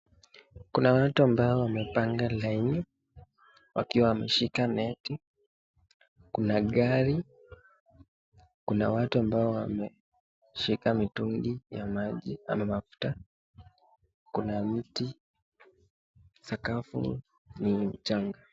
Kuna watu ambao wamepanga laini wakiwa wameshika neti. Kuna gari, kuna watu ambao wameshika mitungi ya maji ama mafuta. Kuna miti. Sakafu ni changa.